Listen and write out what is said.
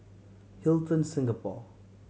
Hilton Singapore